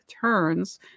turns